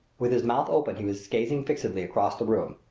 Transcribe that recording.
with his mouth open he was gazing fixedly across the room.